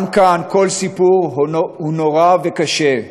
גם כאן כל סיפור הוא נורא וקשה,